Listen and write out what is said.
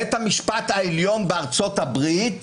בית המשפט העליון בארצות הברית,